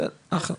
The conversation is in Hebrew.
בסדר, אחלה.